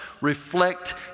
reflect